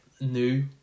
new